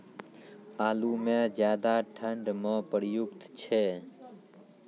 आलू म ज्यादा ठंड म उपयुक्त छै?